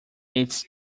its